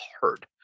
hard